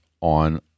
on